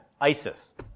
ISIS